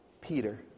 Peter